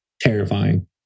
Terrifying